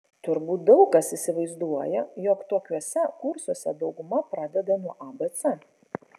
turbūt daug kas įsivaizduoja jog tokiuose kursuose dauguma pradeda nuo abc